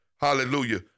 Hallelujah